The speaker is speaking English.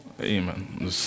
Amen